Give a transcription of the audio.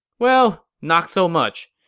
well, not so much.